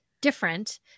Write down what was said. different